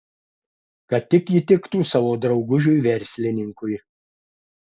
kad tik įtiktų savo draugužiui verslininkui